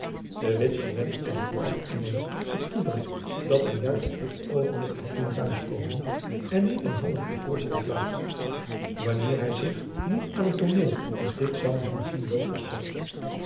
de witt verwenschte dan ook innerlijk het toeval dat hem juist op dit oogenblik had doen t'huis komen en niet een half uur vroeger of later wanneer hy zich niet aan een tooneel als dit zou hebben zien blootgesteld